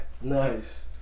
Nice